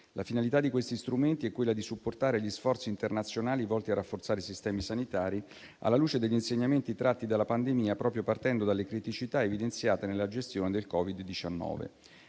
La finalità di questi strumenti è quella di supportare gli sforzi internazionali volti a rafforzare i sistemi sanitari alla luce degli insegnamenti tratti dalla pandemia, proprio partendo dalle criticità evidenziate nella gestione del Covid-19.